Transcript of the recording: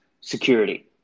security